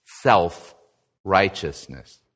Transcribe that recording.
Self-righteousness